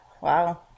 Wow